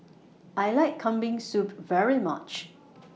I like Kambing Soup very much